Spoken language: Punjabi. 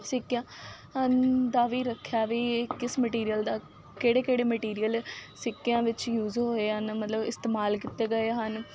ਸਿੱਕਿਆਂ ਦਾ ਵੀ ਰੱਖਿਆ ਵੀ ਕਿਸ ਮਟੀਰੀਅਲ ਦਾ ਕਿਹੜੇ ਕਿਹੜੇ ਮਟੀਰੀਅਲ ਸਿੱਕਿਆਂ ਵਿੱਚ ਯੂਜ ਹੋਏ ਹਨ ਮਤਲਬ ਇਸਤੇਮਾਲ ਕੀਤੇ ਗਏ ਹਨ